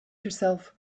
herself